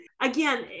Again